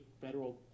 Federal